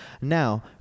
Now